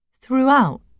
throughout